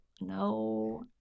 no